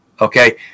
Okay